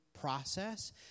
process